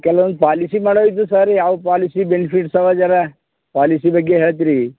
ಕೆಲವೊಂದು ಪಾಲಿಸಿ ಮಾಡೋದು ಇದ್ದು ಸರ್ ಯಾವ ಪಾಲಿಸಿ ಬೆನಿಫಿಟ್ಸ್ ಅವೆ ಝರ ಪಾಲಿಸಿ ಬಗ್ಗೆ ಹೇಳ್ತಿರಿ